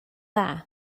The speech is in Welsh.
dda